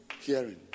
Hearing